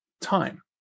time